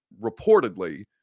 reportedly